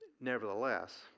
nevertheless